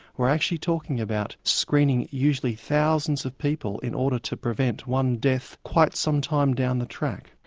we're actually talking about screening usually thousands of people in order to prevent one death quite some time down the track.